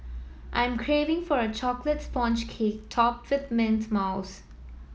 I am craving for a chocolate sponge cake topped with mint mousse